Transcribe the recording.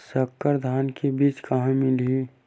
संकर धान के बीज कहां मिलही?